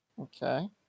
Okay